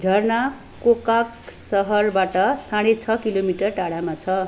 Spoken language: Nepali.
झरना कोकाक सहरबाट साढे छ किलोमिटर टाढामा छ